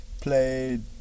played